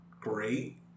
great